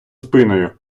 спиною